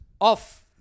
off